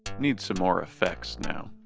need some more effects now,